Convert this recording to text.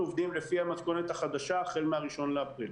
אנחנו עובדים לפי המתכונת החדשה החל מהראשון לאפריל.